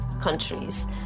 countries